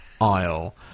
aisle